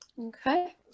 Okay